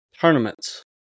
tournaments